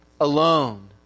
alone